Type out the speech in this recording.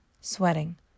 sweating